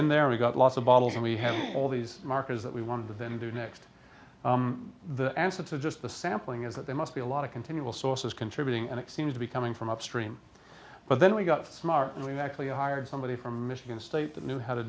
in there we got lots of bottles and we had all these markers that we wanted to do next the answer to just the sampling is that there must be a lot of continual sources contributing and it seems to be coming from upstream but then we got some are we actually hired somebody from michigan state that knew how to